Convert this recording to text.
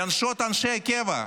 לנשות אנשי הקבע.